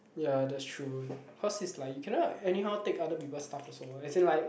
ya that's true cause it's like you cannot anyhow take other people stuff also as in like